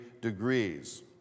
degrees